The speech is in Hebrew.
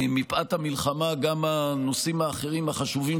מפאת המלחמה גם הנושאים האחרים החשובים